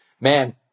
Man